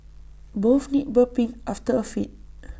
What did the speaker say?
both need burping after A feed